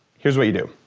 here's what you do.